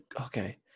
Okay